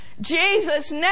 Jesus